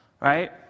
Right